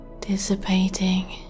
dissipating